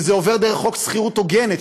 וזה עובר דרך חוק שכירות הוגנת,